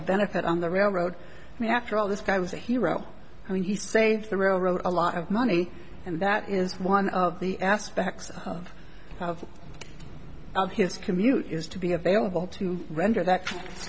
a benefit on the railroad i mean after all this guy was a hero and he saved the railroad a lot of money and that is one of the aspects of his commute is to be available to render that